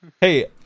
hey